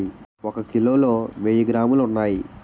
ఒక కిలోలో వెయ్యి గ్రాములు ఉన్నాయి